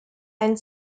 and